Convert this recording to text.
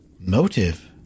motive